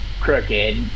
Crooked